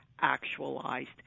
actualized